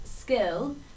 Skill